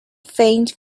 thing